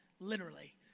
literally.